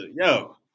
yo